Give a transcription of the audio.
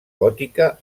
gòtica